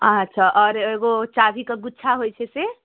अच्छा आओर एगो चाभीके गुच्छा होइ छै से